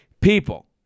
people